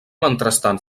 mentrestant